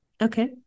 Okay